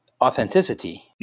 authenticity